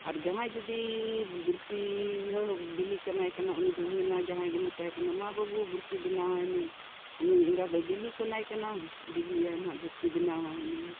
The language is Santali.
ᱟᱨ ᱡᱟᱦᱟᱸᱭ ᱡᱩᱫᱤ ᱵᱩᱨᱥᱤ ᱵᱤᱞᱤ ᱥᱟᱱᱟᱭ ᱠᱟᱱᱟ ᱩᱱᱤ ᱫᱚᱵᱚ ᱢᱮᱱᱟ ᱡᱟᱦᱟᱸᱭ ᱜᱮ ᱢᱮᱛᱟᱭ ᱠᱟᱱᱟ ᱢᱟ ᱵᱟᱹᱵᱩ ᱵᱩᱨᱥᱤ ᱵᱮᱱᱟᱣᱟᱭᱢᱮ ᱱᱩᱭ ᱮᱸᱜᱟ ᱫᱚ ᱵᱤᱞᱤ ᱥᱟᱱᱟᱭᱮ ᱠᱟᱱᱟ ᱵᱤᱞᱤᱭᱟᱭ ᱦᱟᱸᱜ ᱵᱩᱨᱥᱤ ᱵᱮᱱᱟᱣᱟᱭᱢᱮ